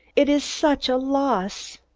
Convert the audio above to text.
it is such a loss.